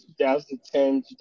2010